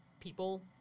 people